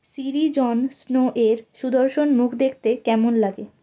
সিরি Jon Snow এর সুদর্শন মুখ দেখতে কেমন লাগে